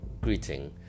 greeting